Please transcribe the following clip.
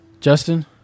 Justin